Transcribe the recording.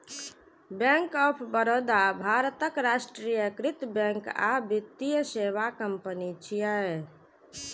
bank of Baroda भारतक राष्ट्रीयकृत bank आ वित्तीय सेवा कंपनी छियै